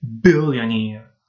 billionaire